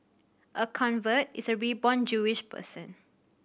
a convert is a reborn Jewish person